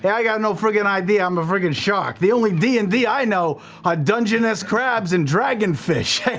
yeah i got no freaking idea, i'm a freaking shark. the only d and d i know are dungeness crabs and dragonfish.